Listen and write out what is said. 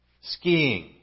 skiing